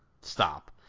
Stop